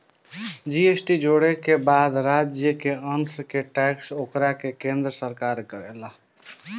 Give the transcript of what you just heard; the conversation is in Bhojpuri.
जी.एस.टी के जोड़े के बाद राज्य के अंस के टैक्स ओकरा के केन्द्र सरकार करेले